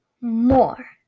more